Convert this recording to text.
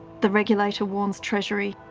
the regulator warns treasury,